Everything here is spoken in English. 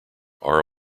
are